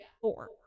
Four